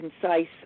concise